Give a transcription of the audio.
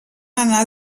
anar